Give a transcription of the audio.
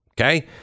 Okay